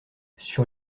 sur